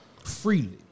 freely